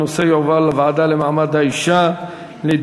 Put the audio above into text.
הנושא יועבר לוועדה לקידום מעמד האישה לדיון.